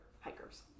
hikers